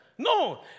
No